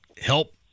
help